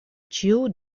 ĉiu